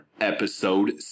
episode